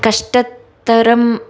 कष्टतरम्